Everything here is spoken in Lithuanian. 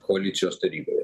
koalicijos taryboje